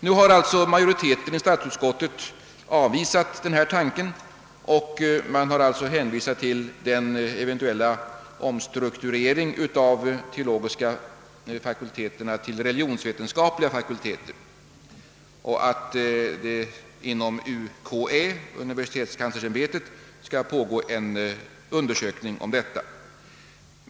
Nu har majoriteten i statsutskottet avvisat denna tanke med hänvisning till den eventuella omstruktureringen av de teologiska fakulteterna till religionsvetenskapliga fakulteter och till att det inom universitetskanslersämbetet skall företas en undersökning om detta.